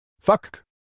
Fuck